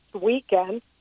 weekend